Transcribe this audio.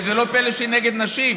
שזה לא פלא שהיא נגד נשים,